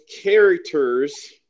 characters